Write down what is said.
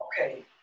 Okay